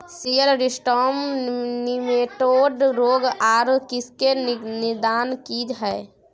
Cereal system nematode रोग आर इसके निदान की हय?